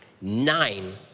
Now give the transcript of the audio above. nine